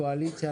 קואליציה.